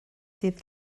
dydd